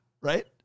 Right